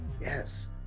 Yes